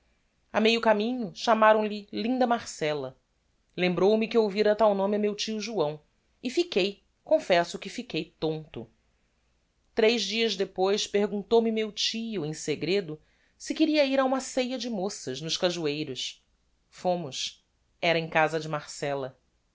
a meio caminho chamaram lhe linda marcella lembrou-me que ouvira tal nome a meu tio joão e fiquei confesso que fiquei tonto tres dias depois perguntou-me meu tio em segredo se queria ir a uma ceia de moças nos cajueiros fomos era em casa de marcella